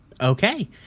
Okay